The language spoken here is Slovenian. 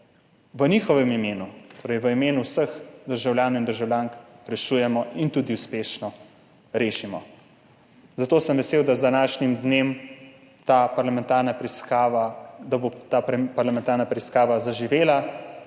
v njihovem imenu, torej v imenu vseh državljanov in državljank, rešujemo in tudi uspešno rešimo. Zato sem vesel, da bo z današnjim dnem ta parlamentarna preiskava zaživela, da bo pokazala